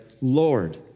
Lord